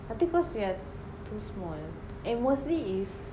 tapi cause we are too small and mostly is